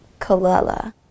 Kalila